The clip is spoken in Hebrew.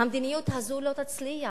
המדיניות הזאת לא תצליח,